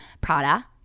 Prada